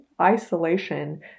Isolation